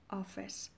office